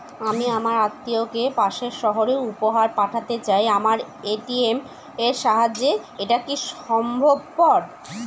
আমি আমার আত্মিয়কে পাশের সহরে উপহার পাঠাতে চাই আমার এ.টি.এম এর সাহায্যে এটাকি সম্ভবপর?